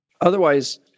Otherwise